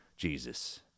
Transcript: Jesus